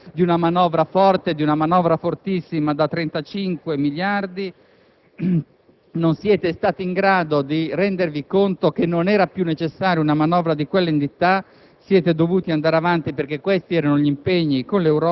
cari apprendisti stregoni, dopo aver evocato la magia di un manovra forte, di una manovra fortissima da 35 miliardi, non siete stati in grado di rendervi conto che non era più necessaria una manovra di quell'entità;